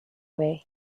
way